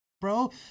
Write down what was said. bro